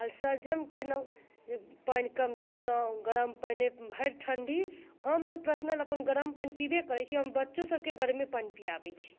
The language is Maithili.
आ संजम कयलहुँ पानि कम छूलहुँ गरम पानि भरि ठंडी हम तऽ पर्सनल गरम पानि पीबे करैत छी हम बच्चो सबके गर्मे पानि पीआबैत छी